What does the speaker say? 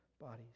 bodies